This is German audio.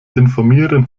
informieren